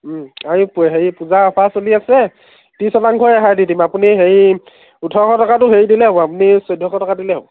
এই হেৰি পূজাৰ অফাৰ চলি আছে ত্ৰিছ শতাংশ ৰেহাই দি দিম আপুনি হেৰি ওঠৰশ টকাটো হেৰি দিলেই হ'ব আপুনি চৈধ্য়শ টকা দিলেই হ'ব